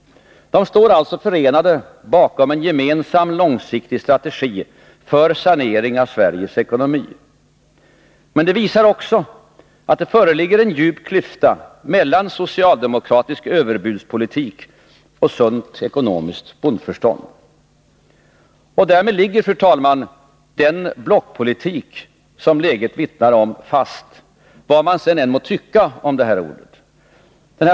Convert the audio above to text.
De står alltså förenade bakom en gemensam långsiktig strategi för sanering av Sveriges ekonomi. Men det visar också att det föreligger en djup klyfta mellan socialdemokratisk överbudspolitik och sunt ekonomiskt bondförstånd. Därmed ligger, fru talman, den blockpolitik som läget vittnar om fast, vad man sedan än må tycka om det ordet.